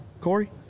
Corey